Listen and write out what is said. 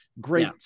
great